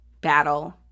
battle